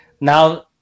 Now